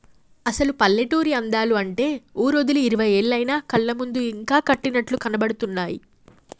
అసలు పల్లెటూరి అందాలు అంటే ఊరోదిలి ఇరవై ఏళ్లయినా కళ్ళ ముందు ఇంకా కట్టినట్లు కనబడుతున్నాయి